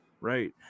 right